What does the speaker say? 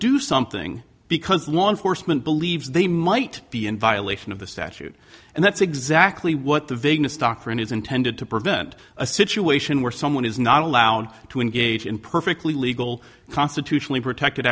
do something because law enforcement believes they might be in violation of the statute and that's exactly what the vagueness doctrine is intended to prevent a situation where someone is not allowed to engage in perfectly legal constitutionally protected